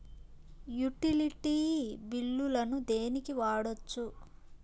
Utility బిల్లులను దేనికి వాడొచ్చు?